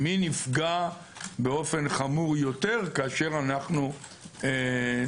מי נפגע באופן חמור יותר, כאשר אנו טועים?